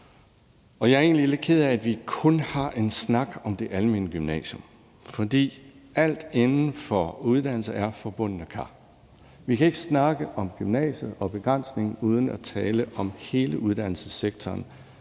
Jeg er egentlig lidt ked af, at vi kun har en snak om det almene gymnasium, for alt inden for uddannelse er forbundne kar. Vi kan ikke snakke om gymnasiet og begrænsning uden at tale om hele uddannelsessektoren